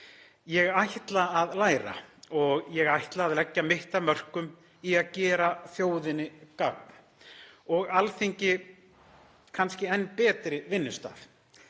Ég ætla að læra og ég ætla að leggja mitt af mörkum í að gera þjóðinni gagn og Alþingi kannski að enn betri vinnustað